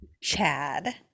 Chad